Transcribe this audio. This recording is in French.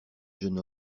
jeune